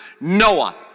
Noah